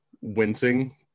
wincing